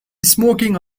smoking